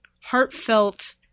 heartfelt